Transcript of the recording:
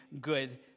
good